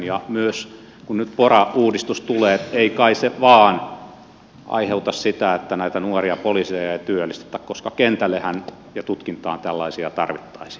ja kun nyt pora uudistus tulee ei kai se vain aiheuta sitä että näitä nuoria poliiseja ei työllistetä koska kentällehän ja tutkintaan tällaisia tarvittaisiin